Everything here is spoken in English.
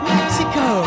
Mexico